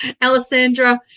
Alessandra